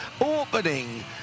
opening